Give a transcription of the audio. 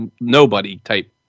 nobody-type